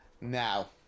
Now